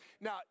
Now